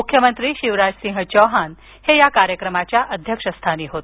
मुख्यमंत्री शिवराजसिंह चौहान हे या कार्यक्रमाच्या अध्यक्षस्थानी होते